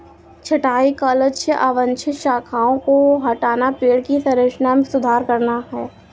छंटाई का लक्ष्य अवांछित शाखाओं को हटाना, पेड़ की संरचना में सुधार करना है